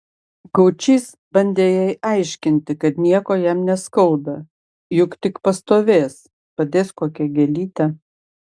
gaučys bandė jai aiškinti kad nieko jam neskauda juk tik pastovės padės kokią gėlytę